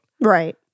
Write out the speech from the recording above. Right